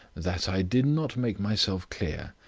that i did not make myself clear.